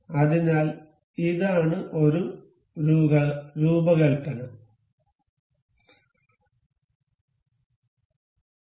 അതിനാൽ ഇതാണ് ഒരു രൂപകൽപ്പനയാണ്